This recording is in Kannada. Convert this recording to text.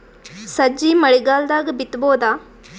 ಸಜ್ಜಿ ಮಳಿಗಾಲ್ ದಾಗ್ ಬಿತಬೋದ?